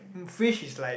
fish is like